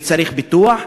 וצריך פיתוח.